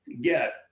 get